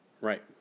Right